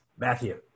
Matthew